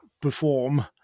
perform